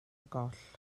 goll